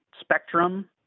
Spectrum